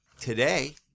Today